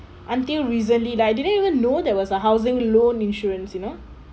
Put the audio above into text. until recently like I didn't even know there was a housing loan insurance you know